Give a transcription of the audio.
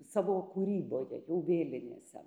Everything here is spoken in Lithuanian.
savo kūryboj jau vėlinėse